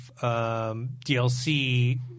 DLC